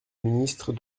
ministre